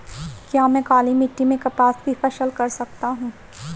क्या मैं काली मिट्टी में कपास की फसल कर सकता हूँ?